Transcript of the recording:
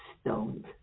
stoned